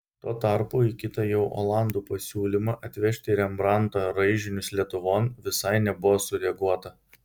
tuo tarpu į kitą jau olandų pasiūlymą atvežti rembrandto raižinius lietuvon visai nebuvo sureaguota